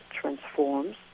transforms